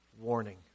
warning